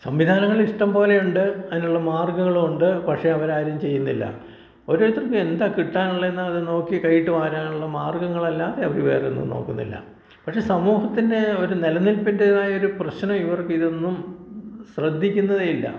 സംവിധാനങ്ങൾ ഇഷ്ടം പോലെയുണ്ട് അതിനുള്ള മാർഗ്ഗങ്ങളും ഉണ്ട് പക്ഷേ അവരാരും ചെയ്യുന്നില്ല ഓരോരുത്തർക്കും എന്താണ് കിട്ടാനുള്ളത് എന്നത് നോക്കി കയ്യിട്ട് വാരാനുള്ള മാർഗ്ഗങ്ങളല്ലാതെ അവർ വേറെ ഒന്നും നോക്കുന്നില്ല പക്ഷേ സമൂഹത്തിൻ്റെ ഒരു നിലനിൽപ്പിന്റേതായൊരു പ്രശ്നം ഇവർക്കിതൊന്നും ശ്രദ്ധിക്കുന്നതേയില്ല